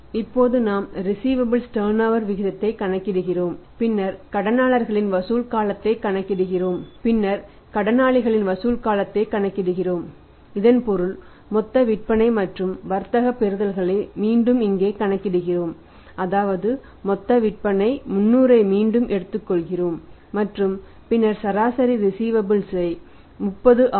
இப்போது நாம் ரிஸீவபல்ஸ் வை 30 ஆகும்